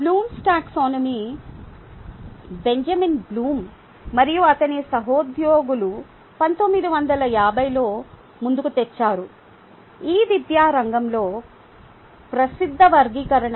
Bloom's taxonomy Taxonomy Benjamin Bloom మరియు అతని సహోద్యోగులు 1950 లలో ముందుకు తెచ్చారు ఇది విద్యా రంగంలో ప్రసిద్ధ వర్గీకరణ